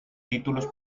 títulos